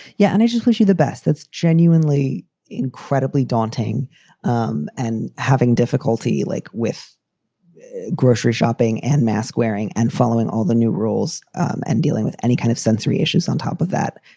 yeah. and i just wish you the best. that's genuinely incredibly daunting um and having difficulty, difficulty, like with grocery shopping and mask wearing and following all the new rules um and dealing with any kind of sensory issues on top of that.